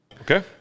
Okay